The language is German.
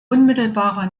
unmittelbarer